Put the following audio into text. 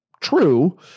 true